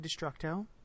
Destructo